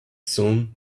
soon